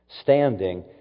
standing